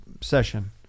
session